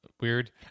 weird